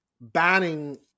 banning